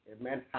amen